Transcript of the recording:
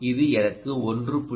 இது எனக்கு 1